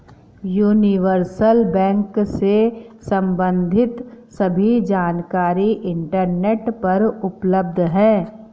universal bank से सम्बंधित सभी जानकारी इंटरनेट पर उपलब्ध है